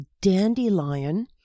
dandelion